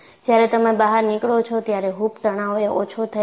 જ્યારે તમે બહાર નીકળો છો ત્યારે હૂપ તણાવ એ ઓછો થાય છે